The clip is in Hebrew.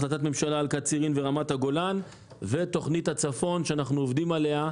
החלטת ממשלה על קצרין ורמת הגולן ותוכנית הצפון שאנחנו עובדים עליה.